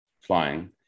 flying